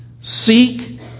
Seek